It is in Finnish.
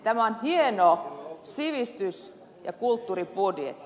tämä on hieno sivistys ja kulttuurin muodin